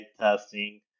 testing